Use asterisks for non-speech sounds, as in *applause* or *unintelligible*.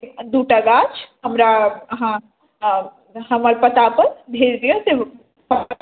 दू टा गाछ हमरा अहाँ हमर पता पर भेज दिअ *unintelligible*